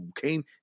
came